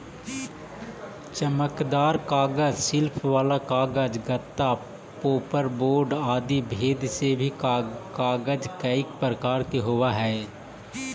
चमकदार कागज, शिल्प वाला कागज, गत्ता, पोपर बोर्ड आदि भेद से भी कागज कईक प्रकार के होवऽ हई